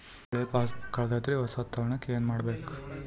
ಹಳೆ ಪಾಸ್ಬುಕ್ ಕಲ್ದೈತ್ರಿ ಹೊಸದ ತಗೊಳಕ್ ಏನ್ ಮಾಡ್ಬೇಕರಿ?